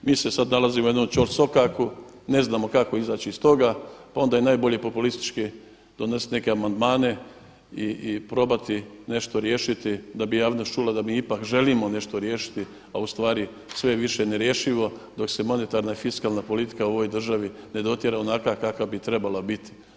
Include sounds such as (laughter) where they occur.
Mi se sada nalazimo u jednom, … (unintelligible) ne znamo kako izaći iz toga, onda je i najbolje populistički donesti neke amandmane i probati nešto riješiti da bi javnost čula da mi ipak želimo nešto riješiti a ustvari sve je više ne rješivo dok se monetarna i fiskalna politika u ovoj državi ne dotjera onakva kakva bi trebala biti.